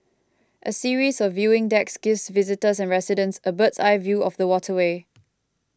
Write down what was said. a series of viewing decks gives visitors and residents a bird's eye view of the waterway